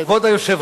כבוד היושב-ראש,